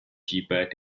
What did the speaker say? cheaper